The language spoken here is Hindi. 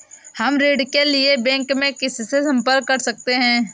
हम ऋण के लिए बैंक में किससे संपर्क कर सकते हैं?